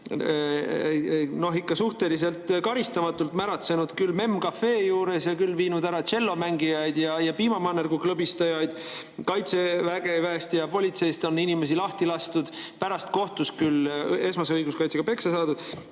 ikka suhteliselt karistamatult küll märatsenud MEM Café juures ja küll viinud ära tšellomängijaid ja piimamannergu klõbistajaid. Kaitseväest ja politseist on inimesi lahti lastud, pärast on kohtus küll esmase õiguskaitse raames peksa saadud.